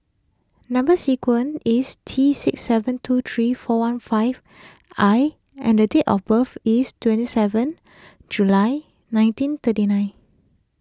Number Sequence is T six seven two three four one five I and date of birth is twenty seven July nineteen thirty nine